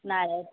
ನಾಳೆ